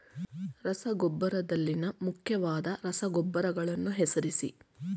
ರಸಗೊಬ್ಬರದಲ್ಲಿನ ಮುಖ್ಯವಾದ ರಸಗೊಬ್ಬರಗಳನ್ನು ಹೆಸರಿಸಿ?